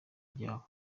ryabo